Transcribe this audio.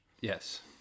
Yes